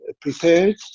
prepared